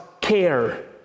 care